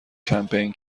کمپین